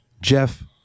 Jeff